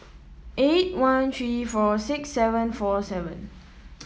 eight one three four six seven four seven